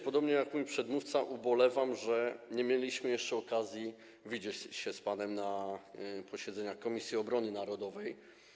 Podobnie jak mój przedmówca ubolewam, że nie mieliśmy jeszcze okazji widzieć się z panem na posiedzeniach Komisji Obrony Narodowej.